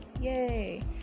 yay